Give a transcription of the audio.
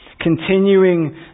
continuing